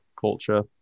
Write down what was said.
culture